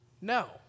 no